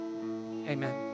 Amen